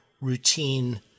routine